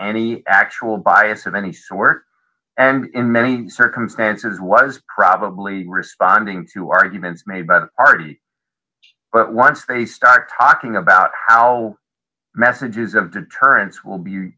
any actual bias in any work and in many circumstances was probably responding to arguments made by r d but once they start talking about how messages of deterrence will be